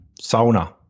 sauna